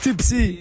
Tipsy